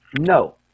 No